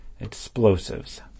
Explosives